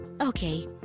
Okay